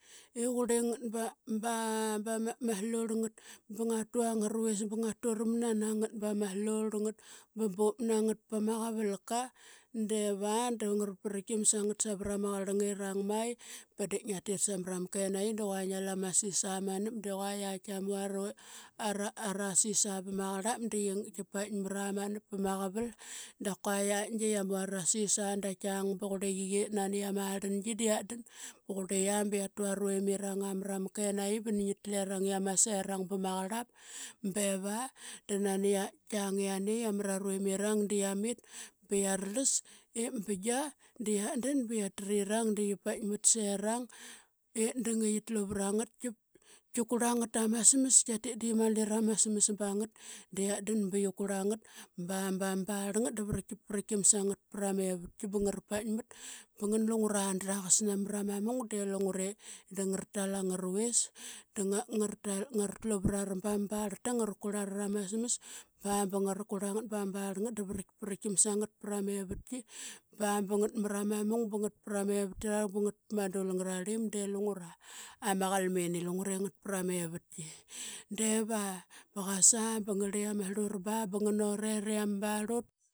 I qurl ngat ba ba ma stori ngat ba ngatu aa ngara vuris ba ngaturan nanangat ba ba slorlngat ba bup nangat pa ma qavalka. Daiva da ngara pritkiam ngat savara ma qarlang irang mai, ba div ngia tit samra ma kenaqi du qua ngia lu ama sis amenap da qua qiatk kia mu arasis aa vama qarlap da qi paikmara manap pa ma qavat da kua qaitk de qia mu arasis aa da kiang ba qurli qiqe i nani amarlangi da qia dan ba qurli qia ba qiatu aravimirang marama kenaqi ba ni ngi tlerang i ama serang ba ma qarlap. Beva da nani qia kiang yiani qiamara ruvimirang da qiamit ba qia rarlas ip bigia da qiatdan ba qia trirang da qia paikmat serang i dang i qi tlu vrangot ki kurl aa ngat tama smas, kia tit da qia mali rama smas ba ngat da qiatdan ba qia kurla ngat ba, ma barl ngat da vrikprikiam sa ngat pra mevatki ba ngara paikmat. Ba ngana lungura drlaqas namra ma mung de lungure i da ngara. Tala ngaruvis da ngara tlu vrara ba ma. Ngara kurlara rama smas ba, ba ngara kurlangat ba ma barlngat da vrike vrikiam sa ngat pra mevatki ba, ba ngat mra ma mung ba ngat pra mevatki rarlang, ba ngat pa ma dul ngararlim de lungura ama qalmin i lungure qurli ngat pra mevatki. Deva baqasa ba ngrli ama srlura ba banganut ira ama barl ut.